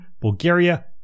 Bulgaria